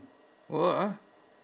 what ah